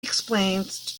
explains